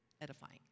edifying